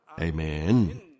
Amen